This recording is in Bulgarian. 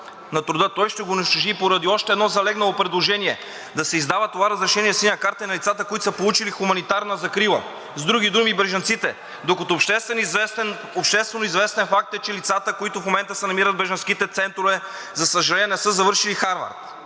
на труда, той ще го унищожи и поради още едно залегнало предложение – да се издава това разрешение „Синя карта“ и на лицата, които са получили хуманитарна закрила – с други думи – бежанците. Докато обществено известен факт е, че лицата, които в момента се намират в бежанските центрове, за съжаление, не са завършили Харвард